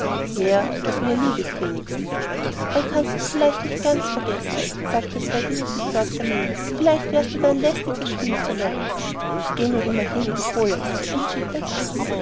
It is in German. mehr als mir lieb ist wenigstens dann kannst du's vielleicht nicht vergessen sagte ceddie mit besorgter miene vielleicht wär dir's dann lästig das spiel zu lernen geh nur immerhin und hole es entschied der graf